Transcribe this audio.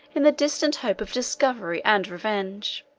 in the distant hope of discovery and revenge.